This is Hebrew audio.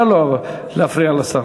נא לא אבל להפריע לשר.